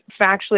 factually